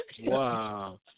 Wow